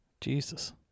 Jesus